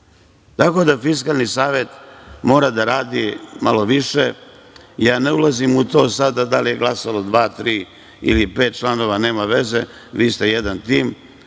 drugo. Fiskalni savet mora da radi malo više. Ja ne ulazim u to sada, da li je glasalo dva, tri ili pet članova, nema veze, vi ste jedan tim,